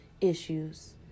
issues